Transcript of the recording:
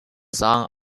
son